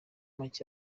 make